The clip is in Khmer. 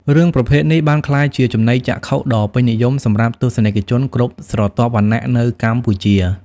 រឿងប្រភេទនេះបានក្លាយជាចំណីចក្ខុដ៏ពេញនិយមសម្រាប់ទស្សនិកជនគ្រប់ស្រទាប់វណ្ណៈនៅកម្ពុជា។